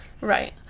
right